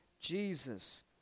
Jesus